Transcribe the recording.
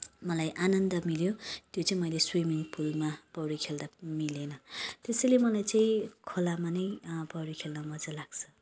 मलाई आनन्द मिल्यो त्यो चाहिँ मैले स्विमिङ पुलमा पौडी खेल्दा मिलेन त्यसैले मलाई चाहिँ खोलामा नै पौडी खेल्न मजा लाग्छ